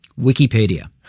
Wikipedia